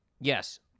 yes